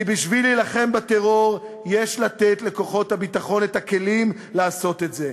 ובשביל להילחם בטרור יש לתת לכוחות הביטחון את הכלים לעשות את זה.